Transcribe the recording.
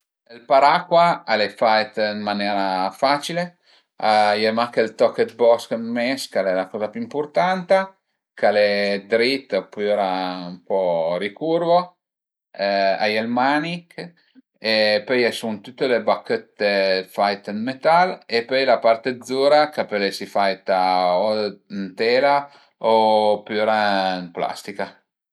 Ël paracua al e fait ën manera facile, a ie mach ël toch dë bosch ën mes ch'al e la coza pi ëmpurtanta, ch'al e drit opüra ën po ricurvo, a ie ël manich e pöi a i sun tüte le bachëtte faite dë metal e pöi la part d'zura ch'a pöl esi faita o ën tela opüra ën plastica